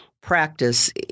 practice